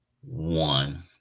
one